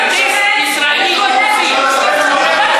ישראלי טיפוסי.